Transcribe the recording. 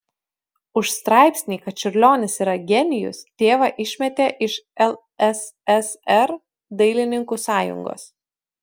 už straipsnį kad čiurlionis yra genijus tėvą išmetė iš lssr dailininkų sąjungos